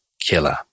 Killer